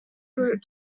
group